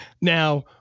Now